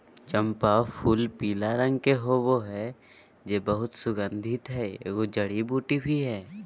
चम्पा फूलपीला रंग के होबे हइ जे बहुत सुगन्धित हइ, एगो जड़ी बूटी भी हइ